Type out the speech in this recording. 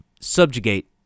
subjugate